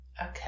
Okay